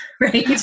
right